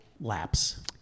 lapse